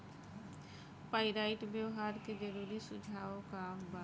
Pyrite व्यवहार के जरूरी सुझाव का वा?